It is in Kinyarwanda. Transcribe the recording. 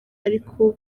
ariko